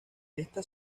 esta